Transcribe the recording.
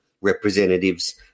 representatives